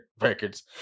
records